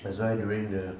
that's why during the